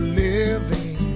living